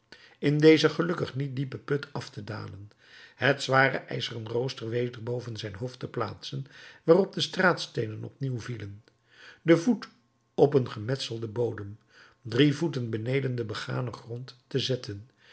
in dezen gelukkig niet diepen put af te dalen het zware ijzeren rooster weder boven zijn hoofd te plaatsen waarop de straatsteenen opnieuw vielen den voet op een gemetselden bodem drie voeten beneden den beganen grond te zetten